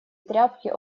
тряпки